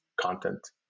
content